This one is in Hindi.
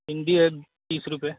भिंडी है तीस रुपए